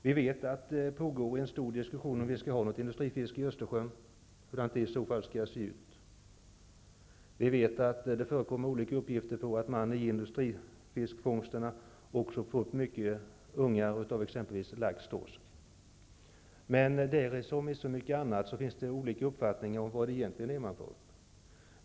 Vi vet att det pågår en stor diskussion om huruvida vi skall ha något industrifiske i Östersjön och hur det i så fall skall se ut. Vi vet att det förekommer olika uppgifter om att man i industrifiskfångsterna också får upp mycket ungar av exempelvis lax och torsk. Men där som när det gäller så mycket annat finns det olika uppfattningar om vad det egentligen är man får upp.